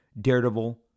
Daredevil